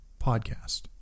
podcast